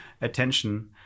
attention